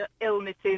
illnesses